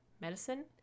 medicine